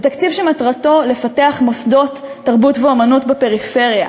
זה תקציב שמטרתו לפתח מוסדות תרבות ואמנות בפריפריה,